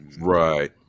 Right